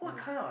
yeah